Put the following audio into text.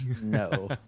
No